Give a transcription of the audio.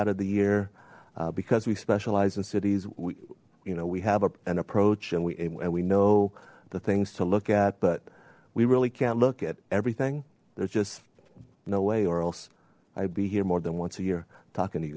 of the year because we specialize in cities we you know we have an approach and we and we know the things to look at but we really can't look at everything there's just no way or else i'd be here more than once a year talking to you